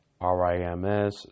R-I-M-S